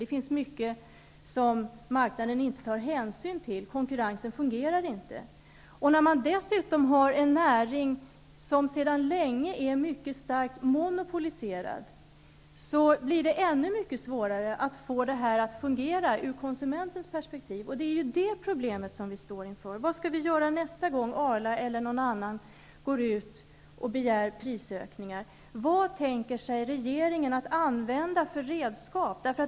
Det finns mycket som marknaden inte tar hänsyn till. Konkurrensen fungerar inte. När man dessutom har en näring som sedan länge är mycket starkt monopoliserad, blir det ännu mycket svårare att få det att fungera ur konsumentens perspektiv, och det är det problemet som vi står inför. Vad skall vi göra nästa gång Arla eller någon annan begär att få höja priserna? Vad tänker sig regeringen att använda för redskap?